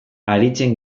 haritzen